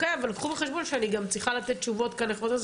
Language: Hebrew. אבל קחו בחשבון שאני גם צריכה לתת תשובות גם לחברות הכנסת,